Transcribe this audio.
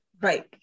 Right